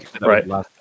right